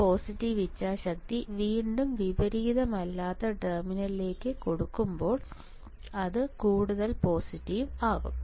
ഈ പോസിറ്റീവ് ഇച്ഛാശക്തി വീണ്ടും വിപരീത അല്ലാത്ത ടെർമിനലിലേക്ക് കൊടുക്കുമ്പോൾ അത് കൂടുതൽ പോസിറ്റീവ് ആകും